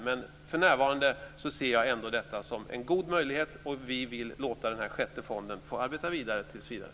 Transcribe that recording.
Men för närvarande ser jag ändå detta som en god möjlighet, och vi vill låta den här sjätte fonden få arbeta vidare tills vidare.